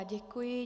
Děkuji.